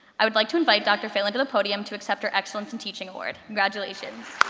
i would like to invite dr. phelan to the podium to accept her excellence in teaching award. congratulations.